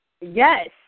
Yes